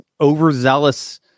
overzealous